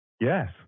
Yes